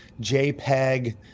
JPEG